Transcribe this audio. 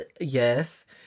Yes